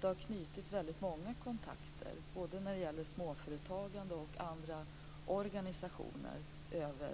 Det har knutits många kontakter, både när det gäller småföretagande och andra organisationer över